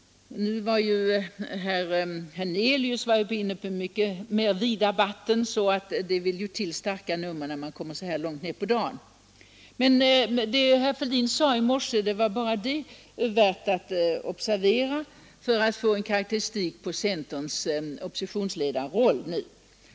Nu har herr Hernelius varit ute på mycket mer vida vatten, varför det vill till starka nummer när man kommer upp i talarstolen så här långt fram på dagen. Men det herr Fälldin sade i morse var bara det värt att observera när man vill få en karakteristik av centerns oppositionsledarroll.